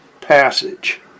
passage